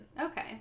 okay